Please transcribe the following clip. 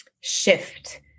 shift